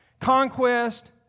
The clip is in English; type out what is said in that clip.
conquest